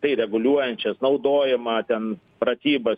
tai reguliuojančias naudojimą ten pratybas